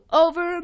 over